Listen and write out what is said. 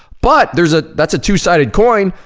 but there's a, that's a two-sided coin.